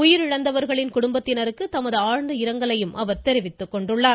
உயிரிழந்தவர்களின் குடும்பத்தினருக்கு தமது ஆழ்ந்த இரங்கலையும் அவர் தெரிவித்துக் கொண்டுள்ளார்